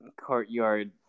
courtyard